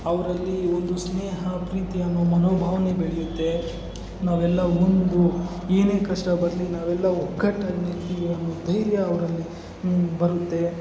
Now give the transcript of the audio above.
ಅವರಲ್ಲಿ ಒಂದು ಸ್ನೇಹ ಪ್ರೀತಿ ಎಂಬ ಮನೋಭಾವನೆ ಬೆಳಿಯುತ್ತೆ ನಾವೆಲ್ಲ ಒಂದು ಏನೇ ಕಷ್ಟ ಬರಲಿ ನಾವೆಲ್ಲ ಒಗ್ಗಟ್ಟಲ್ಲಿ ಇರ್ತೀವಿ ಅನ್ನುವ ಧೈರ್ಯ ಅವರಲ್ಲಿ ಬರುತ್ತೆ